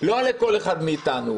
לא לכל אחד מאיתנו,